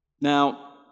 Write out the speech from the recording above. Now